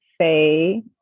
say